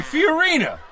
Fiorina